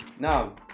Now